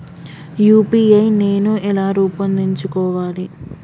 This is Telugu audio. యూ.పీ.ఐ నేను ఎలా రూపొందించుకోవాలి?